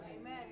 Amen